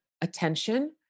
attention